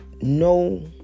no